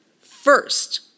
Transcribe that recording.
First